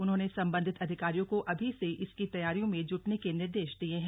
उन्होंने सम्बन्धित अधिकारियों को अभी से इसकी तैयारियों में जुटने के निर्देश दिये हैं